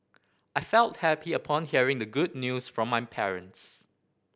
I felt happy upon hearing the good news from my parents